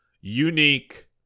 unique